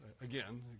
Again